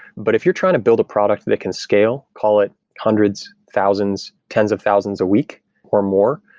but if you're trying to build a product that can scale, call it hundreds, thousands, tens of thousands a week or more,